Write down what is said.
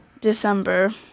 December